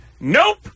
nope